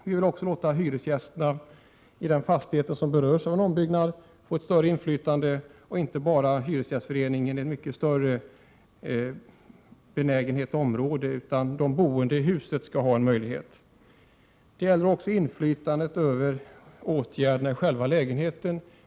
Vi vill också låta hyresgästerna i de fastigheter som berörs av ombyggnader få ett större inflytande, så att inte bara hyresgästföreningen har detta inflytande. Vi tycker också att de boende skall få ett inflytande över åtgärderna i själva lägenheterna.